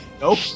nope